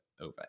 over